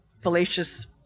fallacious